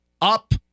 up